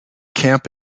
camp